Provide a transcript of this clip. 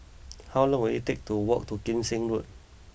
how long will it take to walk to Kim Seng Road